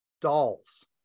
dolls